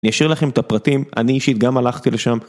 אני אשאיר לכם את הפרטים, אני אישית גם הלכתי לשם.